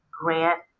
grant